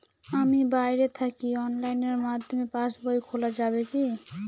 আমি বাইরে থাকি অনলাইনের মাধ্যমে পাস বই খোলা যাবে কি?